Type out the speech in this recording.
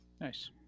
nice